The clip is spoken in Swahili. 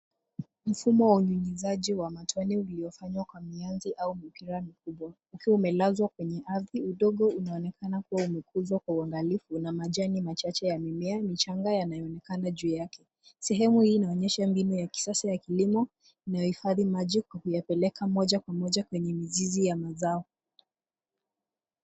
Mfumo wa unyunyuzaji wa matone uliofanywa kwa mianzi au mipira mikubwa, ukiwa umelazwa kwenye ardhi. Udongo unaonekana kuwa umekuzwa kwa uangalifu, na majani machache ya mimea michanga yanaonekana juu yake. Sehemu hii inaonyesha mbinu ya kisasa ya kilimo inayohifadhi maji kwa kuyapeleka moja kwa moja kwenye mizizi ya mazao.